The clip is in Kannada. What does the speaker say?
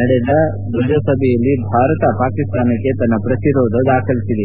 ನಡೆದ ದ್ವಜಸಭೆಯಲ್ಲಿ ಭಾರತ ಪಾಕಿಸ್ತಾನಕ್ಕೆ ತನ್ನ ಪ್ರತಿರೋಧವನ್ನು ದಾಖಲಿಸಿದೆ